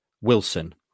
Wilson